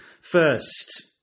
First